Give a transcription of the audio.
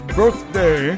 birthday